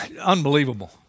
unbelievable